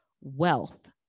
wealth